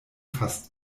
fast